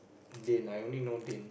Dan I only know Dan